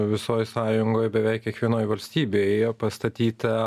visoj sąjungoj beveik kiekvienoj valstybėje pastatyta